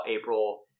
April